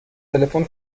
تلفن